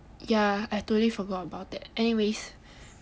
ya I totally forgot about that anyways